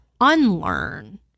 unlearn